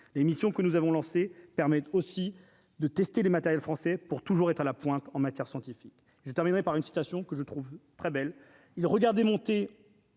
l'émission que nous avons lancé permet aussi de tester les matériels français pour toujours être à la pointe en matière scientifique, je terminerai par une citation que je trouve très belle,